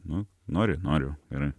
nu nori noriu gerai